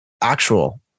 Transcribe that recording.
Actual